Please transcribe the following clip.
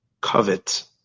covet